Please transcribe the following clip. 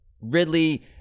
Ridley